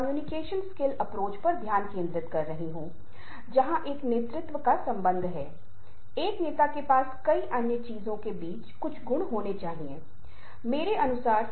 इसलिए यदि आप स्लाइड्स देख रहे हैं तो आप पाएंगे कि मैं आपको विभिन्न आयामों बॉडी लैंग्वेज के विभिन्न पहलुओं का एक सामान्य परिचय दूंगा जिनसे मेरा मतलब इशारे और मुद्राओं से है क्योंकि चेहरे के भाव के बारे में मैं बाद के समय में बताऊंगा